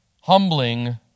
humbling